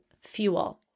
fuel